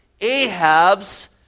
ahab's